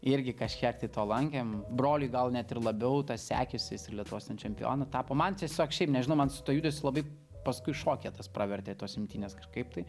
irgi kažkiek tai to lankėm broliui gal net ir labiau sekėsi jis ir lietuvos ten čempionu tapo man tiesiog šiaip nežinau man su tuo judesiu labai paskui šokyje tas pravertė tos imtynės kaip tai